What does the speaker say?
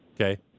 Okay